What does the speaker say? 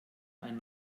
ein